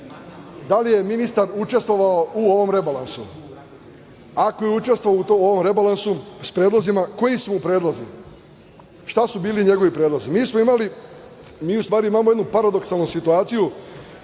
Da li je ministar učestvovao u ovom rebalansu? Ako je učestvovao u ovom rebalansu s predlozima. Koji su mu predlozi? Šta su bili njegovi predlozi? Mi imamo jednu paradoksalnu situaciju